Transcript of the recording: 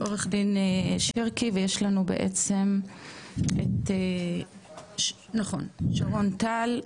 עורך דין שרקי ויש לנו בעצם את שרון טל,